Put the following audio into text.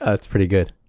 ah that's pretty good.